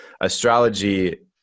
astrology